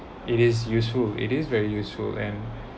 it is useful it is very useful and